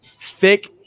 Thick